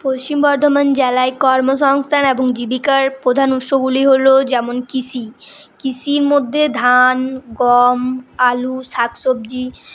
পশ্চিম বর্ধমান জেলায় কর্মসংস্থান এবং জীবিকার প্রধান উৎসগুলি হল যেমন কৃষি কৃষির মধ্যে ধান গম আলু শাকসবজি